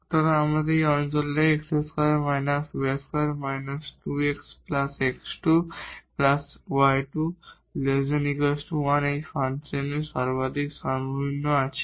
সুতরাং আমাদের এই অঞ্চলে x2 − y2−2 x x2 y2≤1 এই ফাংশনের মাক্সিমাম মিনিমাম আছে